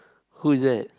who is it